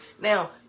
Now